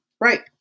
Right